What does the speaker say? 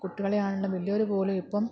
കുട്ടികളെ ആണെലും വലിയൊരു പോലും ഇപ്പോള്